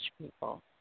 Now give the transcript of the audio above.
people